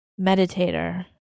meditator